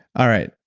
all right,